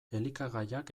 elikagaiak